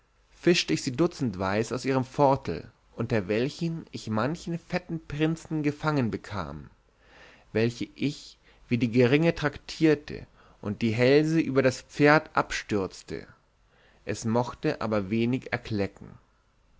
fischte ich sie duzetweis aus ihrem vortel unter welchen ich manchen fetten prinzen gefangen bekam welche ich wie die geringe traktierte und die häls über das pferd abstürzte es mochte aber wenig